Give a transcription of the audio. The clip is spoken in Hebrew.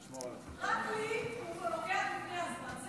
רק לי הוא לוקח גם לפני הזמן.